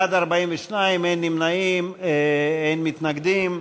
בעד, 42, אין נמנעים, אין מתנגדים.